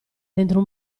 dentro